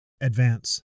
advance